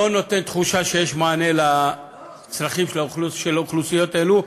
לא נותן תחושה שיש מענה על הצרכים של אוכלוסיות אלו,